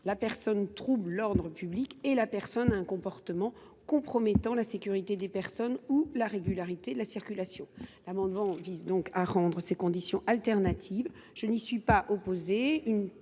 la fois troubler l’ordre public et avoir un comportement compromettant la sécurité des personnes ou la régularité de la circulation. Le présent amendement vise à rendre ces conditions alternatives. Je n’y suis pas opposée